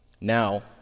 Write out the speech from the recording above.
Now